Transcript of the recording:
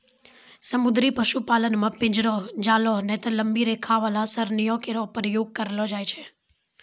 समुद्री पशुपालन म पिंजरो, जालों नै त लंबी रेखा वाला सरणियों केरो प्रयोग करलो जाय छै